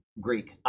Greek